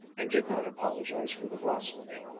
and did not apologize for the blasphemy.